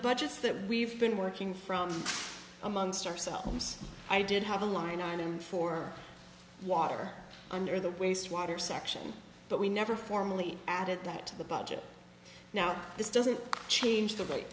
budgets that we've been working from amongst ourselves i did have a line item for water under the waste water section but we never formally added that to the budget now this doesn't change the